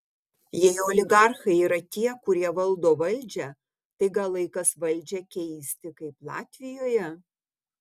jei oligarchai yra tie kurie valdo valdžią tai gal laikas valdžią keisti kaip latvijoje